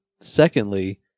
Secondly